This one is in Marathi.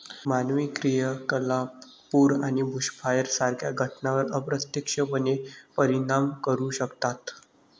मानवी क्रियाकलाप पूर आणि बुशफायर सारख्या घटनांवर अप्रत्यक्षपणे परिणाम करू शकतात